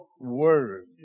word